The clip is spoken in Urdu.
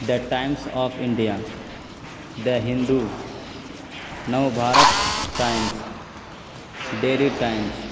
the Times of India the Hindu Nav Bharat Times Daily Times